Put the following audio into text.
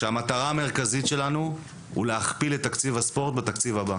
כשהמטרה המרכזית שלנו היא להכפיל את תקציב הספורט בתקציב הבא,